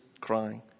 crying